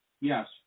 Yes